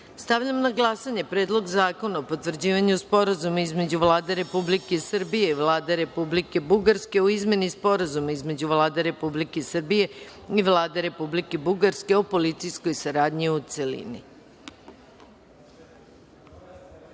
zakona. Stavljam na glasanje Predlog zakona o potvrđivanju Sporazuma između Vlade Republike Srbije i Vlade Republike Bugarske o izmeni Sporazuma između Vlade Republike Srbije i Vlade Republike Bugarske o policijskoj saradnji, u